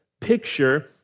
picture